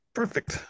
perfect